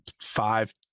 five